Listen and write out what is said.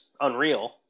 unreal